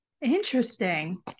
interesting